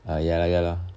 ya lah ya lah